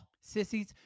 Sissies